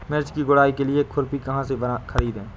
मिर्च की गुड़ाई के लिए खुरपी कहाँ से ख़रीदे?